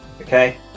Okay